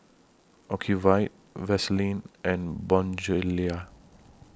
Ocuvite Vaselin and Bonjela